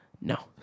No